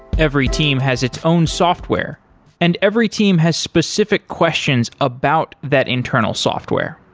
every team has its own software and every team has specific questions about that internal software.